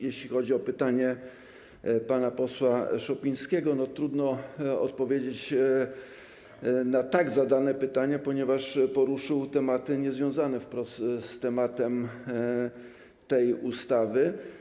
Jeśli chodzi o pytanie pana posła Szopińskiego, trudno odpowiedzieć na tak zadane pytanie, ponieważ poruszył tematy niezwiązane wprost z tematem tej ustawy.